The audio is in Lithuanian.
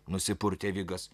nusipurtė vigas